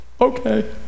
okay